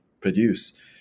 produce